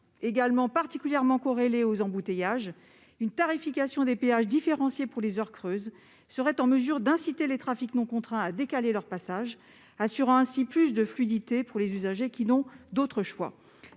étant particulièrement corrélées aux embouteillages, une tarification des péages différenciée pour les heures creuses serait en mesure d'inciter les trafics non contraints à décaler leur passage, assurant ainsi plus de fluidité pour les usagers qui n'ont pas d'autre choix.